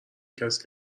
کسی